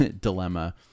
dilemma